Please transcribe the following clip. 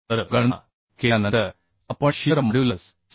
तर गणना केल्यानंतर आपण शियर मॉड्युलस 676